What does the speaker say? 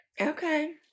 Okay